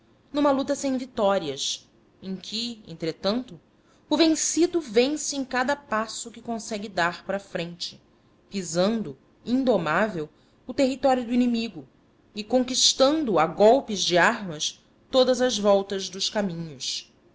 numa luta sem vitórias em que entretanto o vencido vence em cada passo que consegue dar para a frente pisando indomável o território do inimigo e conquistando a golpes de armas todas as voltas dos caminhos